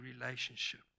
relationship